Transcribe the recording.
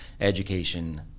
education